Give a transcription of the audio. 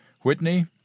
Whitney